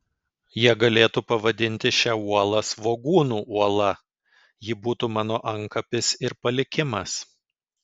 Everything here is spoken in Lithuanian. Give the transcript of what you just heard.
jie galėtų pavadinti šią uolą svogūnų uola ji būtų mano antkapis ir palikimas